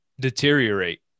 deteriorate